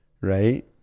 right